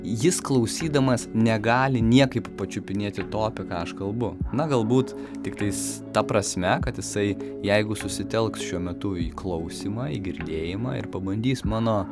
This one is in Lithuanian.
jis klausydamas negali niekaip pačiupinėti to apie ką aš kalbu na galbūt tiktais ta prasme kad jisai jeigu susitelks šiuo metu į klausimą į girdėjimą ir pabandys mano